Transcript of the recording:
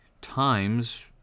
times